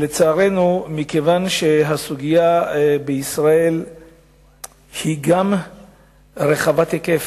לצערנו, מכיוון שהסוגיה בישראל היא גם רחבת היקף,